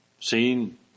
seen